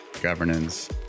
governance